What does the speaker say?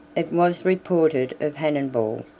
it was reported of hannibal,